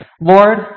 Lord